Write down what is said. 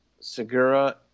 Segura